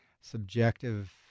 subjective